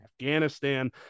Afghanistan